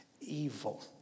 evil